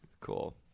cool